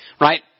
Right